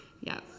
Yes